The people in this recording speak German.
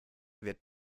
wird